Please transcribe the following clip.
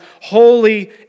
holy